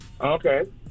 Okay